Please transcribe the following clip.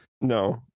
no